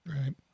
Right